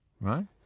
right